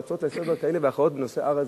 הצעות לסדר-היום כאלה ואחרות בנושא הר-הזיתים.